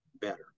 better